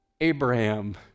Abraham